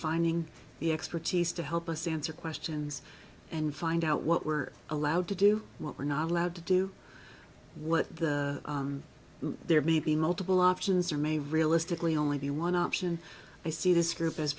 finding the expertise to help us answer questions and find out what we're allowed to do what we're not allowed to do what there may be multiple options or may realistically only be one option i see this group